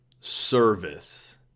service